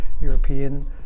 European